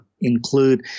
include